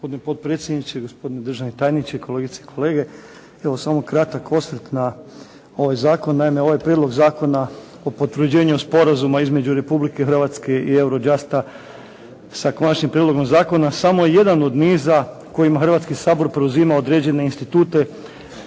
Hrvatski sabor preuzima određene institute